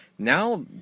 Now